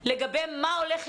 לגבי מה שהולך להיות.